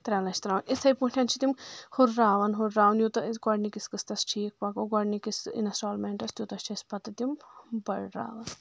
ترٛےٚ لَچھ ترٛاوَان اِتھے پٲٹھۍ چھِ تِم ہُراوَان ہُرراوَان یوٗتاہ أسۍ گۄڈنِکِس قصتَس ٹھیٖک پَکو گۄڈنِکِس اِنسٹالمینٛٹ ٲسۍ تیوٗتاہ چھِ اَسہِ پَتہٕ تِم بڑراوان